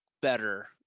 better